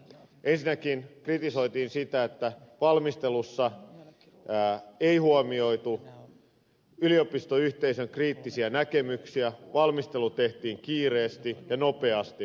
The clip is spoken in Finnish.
ensinnäkin kritisoitiin sitä että valmistelussa ei huomioitu yliopistoyhteisön kriittisiä näkemyksiä valmistelu tehtiin kiireesti ja nopeasti